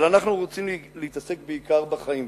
אבל אנחנו רוצים להתעסק בעיקר בחיים,